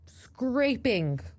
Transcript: scraping